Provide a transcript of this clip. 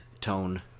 Tone